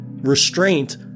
restraint